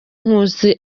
nkusi